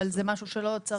אבל זה משהו שלא צריך לקבל.